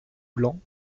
blanc